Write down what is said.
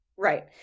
Right